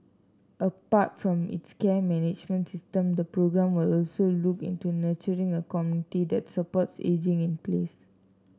apart from its care management system the programme will also look into nurturing a community that supports ageing in place